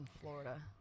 Florida